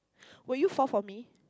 will you fall for me